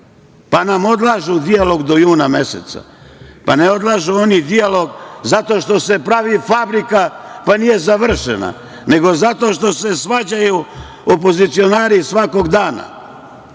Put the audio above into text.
Pa nam odlažu dijalog do juna meseca. Ne odlažu oni dijalog zato što se pravi fabrika pa nije završena, nego zato što se svađaju opozicionari svakog dana.